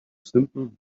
simple